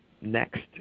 next